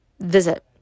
visit